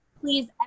please